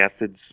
acids